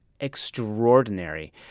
extraordinary